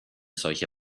solche